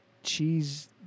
cheese